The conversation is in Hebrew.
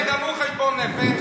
שיעשה גם הוא חשבון נפש.